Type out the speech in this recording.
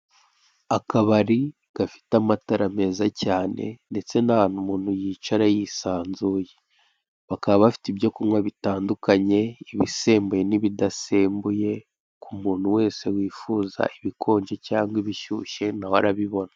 Akabari gafite amatara meza cyane ndetse n'ahantu umuntu yicara yisanzuye, bakaba bafite ibyo kunywa bitandukanye ibisembuye n'ibidasembuye, k'umuntu wese wifuza ibikonje cyangwa ibishyuye nawe arabibona.